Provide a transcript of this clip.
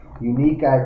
unique